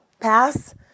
pass